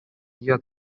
dia